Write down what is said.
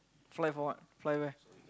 fly for what fly where